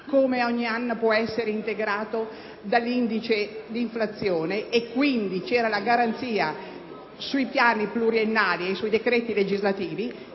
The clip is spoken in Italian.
come ogni anno puo essere integrato dall’indice di inflazione, e quindi c’era la garanzia sui piani pluriennali e sui decreti legislativi),